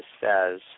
says